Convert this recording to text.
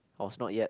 was not yet